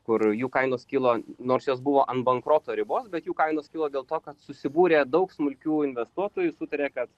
kur jų kainos kilo nors jos buvo ant bankroto ribos bet jų kainos kilo dėl to kad susibūrė daug smulkių investuotojų sutarė kad